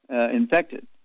infected